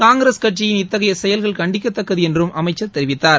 காங்கிரஸ் கட்சியின் இத்தகையசெயல்கள் கண்டிக்கத்தக்கதுஎன்றும் அமைச்சர் தெரிவித்தார்